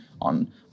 on